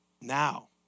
Now